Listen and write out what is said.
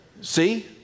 see